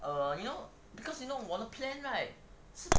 err you know because you know 我的 plan right